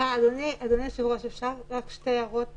אדוני היושב ראש, אפשר שתי הערות בבקשה?